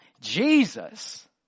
Jesus